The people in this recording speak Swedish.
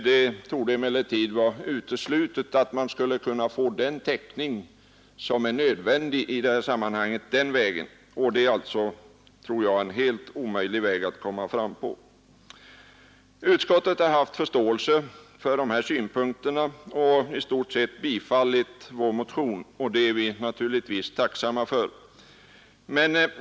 Emellertid torde det vara uteslutet att man den vägen skulle kunna få den täckning som är nödvändig i det här sammanhanget; jag tror att det är en helt omöjlig väg att gå fram på. Utskottet har haft förståelse för de här synpunkterna och i stort sett tillstyrkt vår motion, och det är vi naturligtvis tacksamma för.